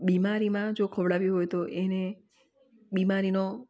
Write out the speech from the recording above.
બીમારીમાં જો ખવડાવ્યું હોય તો એને બીમારીનો